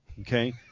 Okay